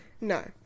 No